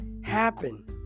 happen